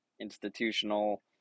institutional